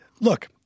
look